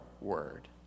word